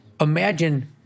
imagine